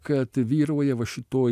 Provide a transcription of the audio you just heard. kad vyrauja va šitoj